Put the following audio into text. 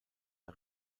der